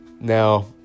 Now